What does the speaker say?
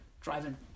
driving